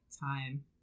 Time